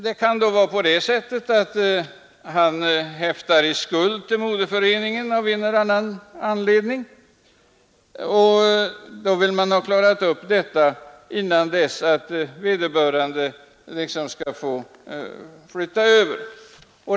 Det kan då förekomma att han häftar i skuld till moderföreningen av en eller annan anledning, och man vill ha detta uppklarat innan vederbörande skall få flytta över.